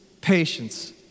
patience